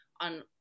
on